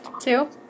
Two